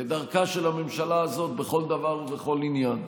כדרכה של הממשלה הזאת בכל דבר ובכל עניין.